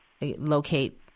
locate